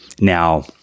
Now